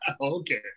Okay